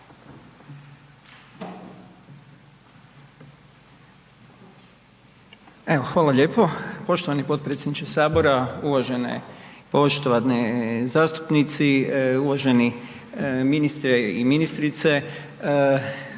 hvala lijepo poštovani potpredsjedniče sabora, uvažene i poštovane zastupnici, uvaženi ministre i ministrice.